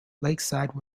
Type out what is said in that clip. lakeside